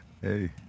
Hey